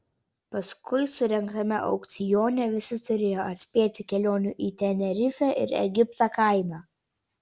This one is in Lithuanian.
paskui surengtame aukcione visi turėjo atspėti kelionių į tenerifę ir egiptą kainą